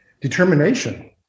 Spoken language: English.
Determination